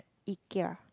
Ikea